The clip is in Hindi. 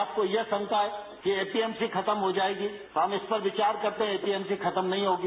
आपको यह शंका है कि एपीएमसी खत्म हो जाएगी तो हम इस पर विचार करते हैं एपीएमसी खत्म नहीं होगी